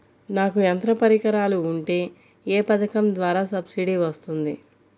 నాకు యంత్ర పరికరాలు ఉంటే ఏ పథకం ద్వారా సబ్సిడీ వస్తుంది?